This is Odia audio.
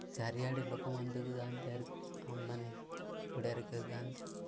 ଚାରିଆଡ଼େ ଲୋକମାନେ ଦେଖୁଥାନ୍ତି ଆରେ ଆମେମାନେ ପଡ଼ଆରେ ଖେଳୁଥାନ୍ତୁ